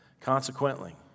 Consequently